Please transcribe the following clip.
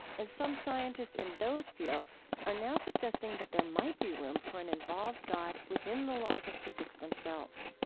and some scientists in those fields are now suggesting that there might be room for an involved god within the laws of physics themselves.